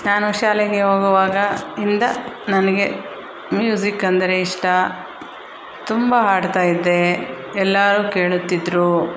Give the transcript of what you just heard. ನಾನು ಶಾಲೆಗೆ ಹೋಗುವಾಗ ಇಂದ ನನಗೆ ಮ್ಯೂಸಿಕ್ ಅಂದರೆ ಇಷ್ಟ ತುಂಬ ಹಾಡ್ತಾಯಿದ್ದೇ ಎಲ್ಲಾರು ಕೇಳುತ್ತಿದ್ರು